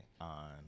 on